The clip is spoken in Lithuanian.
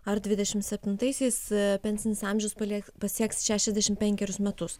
ar dvidešimt septintaisiais pensinis amžius pasieks pasieks šešiasdešimt penkerius metus